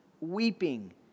weeping